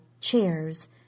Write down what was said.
chairs